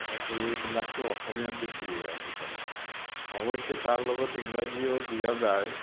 সেইবিলাকটো অসমীয়াতে দিয়ে আজিকালি অৱশ্যে তাৰ লগত ইংৰাজীও দিয়া যায়